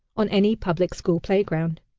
on any public school playground.